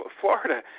Florida